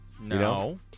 No